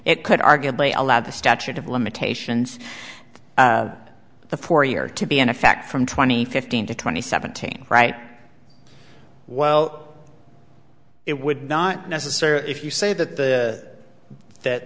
it could arguably allow the statute of limitations the four year to be in effect from twenty fifteen to twenty seventeen right well it would not necessary if you say that the that